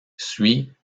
suit